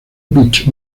beach